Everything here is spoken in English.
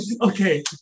Okay